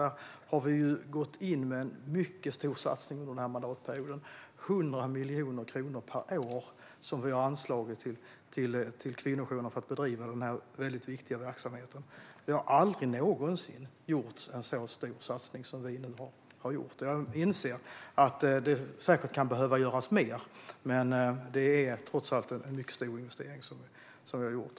Där har vi gått in med en mycket stor satsning under den här mandatperioden - 100 miljoner kronor per år har vi anslagit till kvinnojourerna för att bedriva den här väldigt viktiga verksamheten. Det har aldrig någonsin gjorts en så stor satsning som vi nu har gjort. Jag inser att det säkert kan behöva göras mer, men det är trots allt en mycket stor investering som vi har gjort.